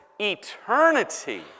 eternity